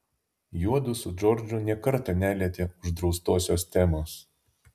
juodu su džordžu nė karto nelietė uždraustosios temos